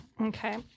Okay